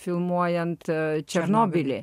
filmuojant černobylį